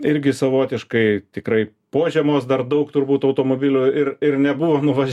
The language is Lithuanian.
irgi savotiškai tikrai po žiemos dar daug turbūt automobilių ir nebuvo nuvažiavę